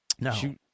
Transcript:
No